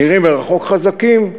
אמר: כמו קורי עכביש, שנראים מרחוק חזקים,